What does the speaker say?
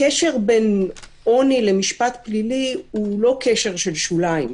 הקשר בין עוני ומשפט פלילי הוא לא קשר שבשוליים,